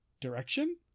direction